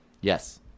Yes